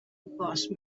because